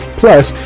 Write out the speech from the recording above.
plus